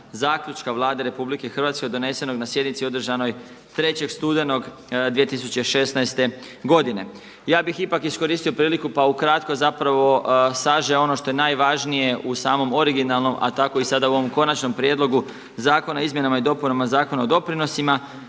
zaključka Vlade RH donesenog na sjednici održanoj 3. studenog 2016. godine. Ja bih ipak iskoristio priliku pa ukratko zapravo sažeo ono što je najvažnije u samom originalnom a tako i sada u ovom končanom prijedlogu Zakona o izmjenama i dopunama Zakona o doprinosima.